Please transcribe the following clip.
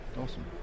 Awesome